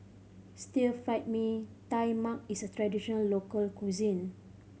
Stir Fried Mee Tai Mak is a traditional local cuisine